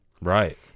Right